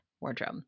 wardrobe